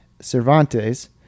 Cervantes